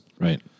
Right